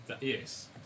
yes